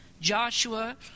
Joshua